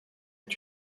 est